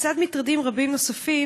לצד מטרדים רבים נוספים,